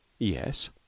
-Yes